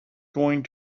going